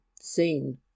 seen